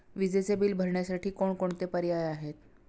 विजेचे बिल भरण्यासाठी कोणकोणते पर्याय आहेत?